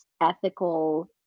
ethical